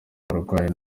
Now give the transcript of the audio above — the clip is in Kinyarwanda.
barwayi